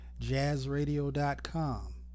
jazzradio.com